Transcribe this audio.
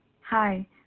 Hi